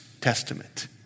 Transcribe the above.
Testament